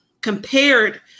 compared